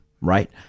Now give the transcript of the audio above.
right